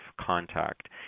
contact